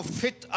fit